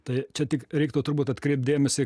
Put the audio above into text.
tai čia tik reiktų turbūt atkreipt dėmesį